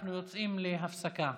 אנחנו יוצאים להפסקה.